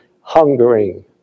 hungering